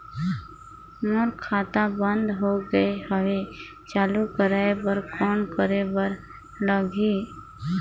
मोर खाता बंद हो गे हवय चालू कराय बर कौन करे बर लगही?